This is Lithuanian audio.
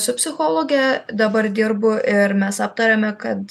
su psichologe dabar dirbu ir mes aptarėme kad